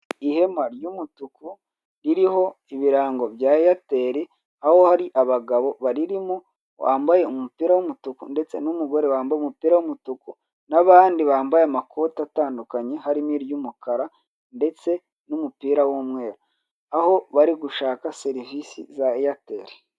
Ihema ry'umutuku ririho ibirango bya eyateri, aho hari abagabo baririmo wambaye umupira w'umutuku ndetse n'umugore wambaye umutuku n'abandi bambaye amakote atandukanye harimo iry'umukara ndetse n'umupira w'umweru, aho bari gushaka serivisi za eyateri.